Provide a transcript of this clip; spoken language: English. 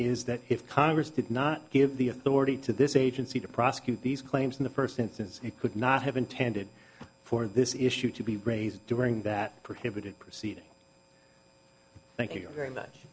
is that if congress did not give the authority to this agency to prosecute these claims in the first instance it could not have intended for this issue to be raised during that prohibited proceeding thank you very much